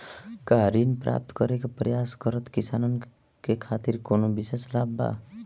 का ऋण प्राप्त करे के प्रयास करत किसानन के खातिर कोनो विशेष लाभ बा